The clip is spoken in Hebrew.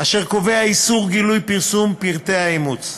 אשר קובע איסור גילוי פרסום פרטי האימוץ.